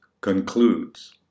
concludes